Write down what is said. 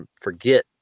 forget